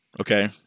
okay